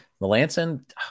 Melanson